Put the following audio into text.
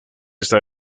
está